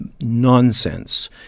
nonsense